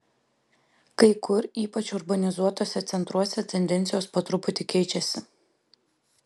kai kur ypač urbanizuotuose centruose tendencijos po truputį keičiasi